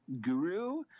guru